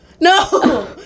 no